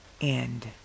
end